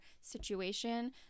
situation